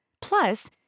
Plus